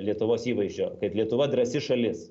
lietuvos įvaizdžio kad lietuva drąsi šalis